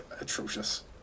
atrocious